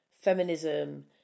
Feminism